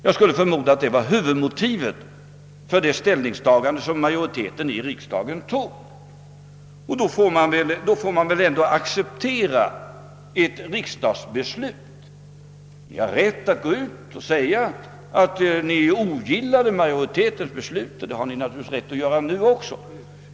Jag skulle förmoda att det var huvudmotivet för det ställningstagande som majoriteten i riksdagen tog. Man får väl än då acceptera ett riksdagsbeslut. Men naturligtvis har ni rätt att gå ut och säga att ni ogillar majoritetens beslut.